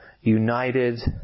united